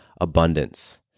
abundance